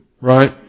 right